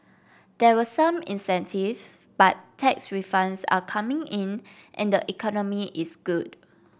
there were some incentives but tax refunds are coming in and the economy is good